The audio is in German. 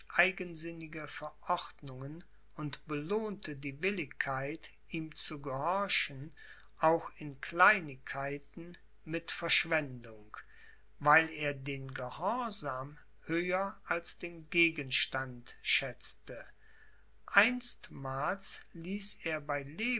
eigensinnige verordnungen und belohnte die willigkeit ihm zu gehorchen auch in kleinigkeiten mit verschwendung weil erden gehorsam höher als den gegenstand schätzte einsmals ließ er bei